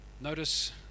Notice